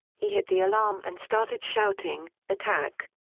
he hit the alarm and started shouting, attack!